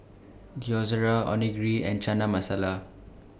Gyoza Onigiri and Chana Masala